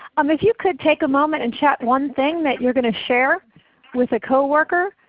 um if you could take a moment and chat one thing that you are going to share with a coworker